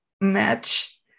match